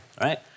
right